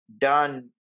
done